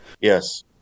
Yes